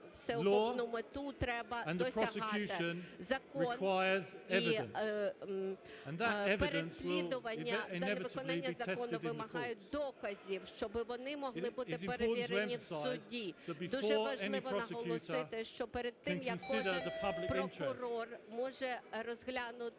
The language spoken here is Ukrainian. закону вимагають доказів, щоби вони могли бути перевірені у суді. Дуже важливо наголосити, що перед тим, як кожен прокурор може розглянути